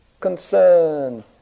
concern